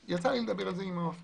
יצא לי לדבר על זה עם המפכ"ל.